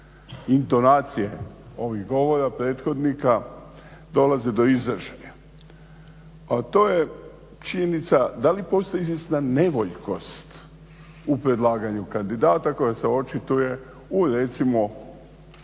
intonacije ovih govora prethodnika dolaze do izražaja, a to je činjenica da li postoji izvjesna nevoljkost u predlaganju kandidata koja se očituje u recimo